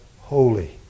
holy